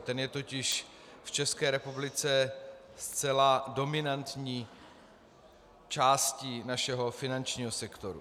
Ten je totiž v České republice zcela dominantní částí našeho finančního sektoru.